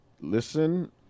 listen